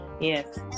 Yes